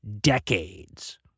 decades